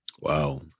Wow